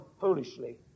foolishly